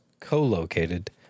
co-located